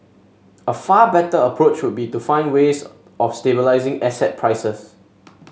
a far better approach would be to find ways of stabilising asset prices